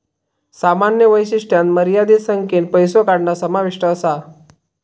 सामान्य वैशिष्ट्यांत मर्यादित संख्येन पैसो काढणा समाविष्ट असा